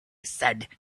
said